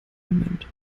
moment